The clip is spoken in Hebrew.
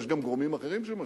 יש גם גורמים אחרים שמשפיעים,